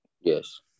Yes